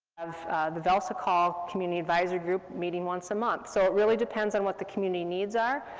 the velsicol community advisory group meeting once a month. so it really depends on what the community needs are,